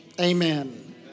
amen